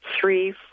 three